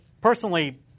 personally